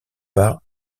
par